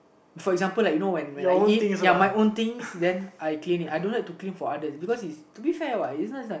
for example like you know when when I eat ya my own things then I clean it I don't like to clean it for others because is to be fair what you know it's like